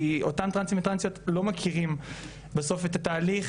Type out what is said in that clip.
כי אותם טרנסים וטרנסיות לא מכירים בסוף את התהליך,